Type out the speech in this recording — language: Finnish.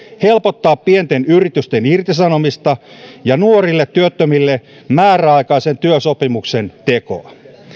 helpottaa pienten yritysten irtisanomista ja nuorille työttömille määräaikaisen työsopimuksen tekoa